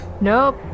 Nope